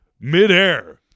midair